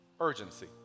urgency